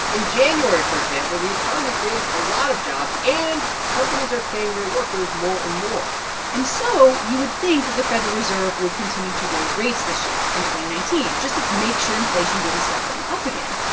in january, for example, the economy created a lot of jobs and companies are paying their workers more and more and so you would think that the federal reserve would continue to raise rates this year in and nineteen just to make sure inflation didn't start going up again.